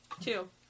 Two